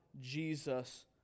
Jesus